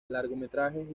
largometrajes